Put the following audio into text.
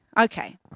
Okay